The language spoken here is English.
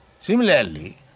Similarly